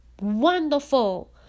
wonderful